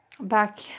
back